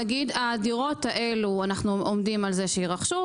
תגידו שאתם עומדים על כך שהדירות האלה יירכשו,